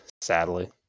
sadly